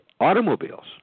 automobiles